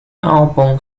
album